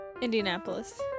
Indianapolis